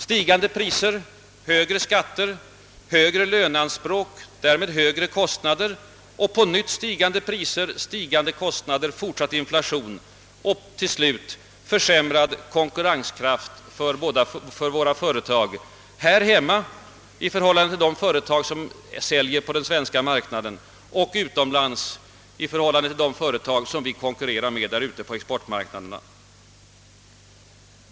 Stigande priser, högre skatter, högre löneanspråk, därmed högre kostnader och på nytt stigande priser, stigande kostnader, fortsatt inflation och till slut försämrad konkurrenskraft för våra företag dels här hemma i förhållande till de företag som säljer på den svenska marknaden och dels utomlands i förhållande till de företag som vi konkurrerar med ute på exportmarknaderna.